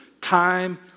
time